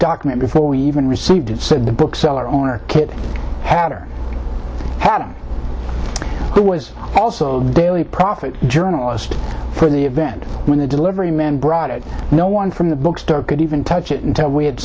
document before we even received it said the bookseller owner hatter patton who was also the daily profit journalist for the event when the delivery man brought it no one from the bookstore could even touch it until we had